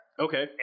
Okay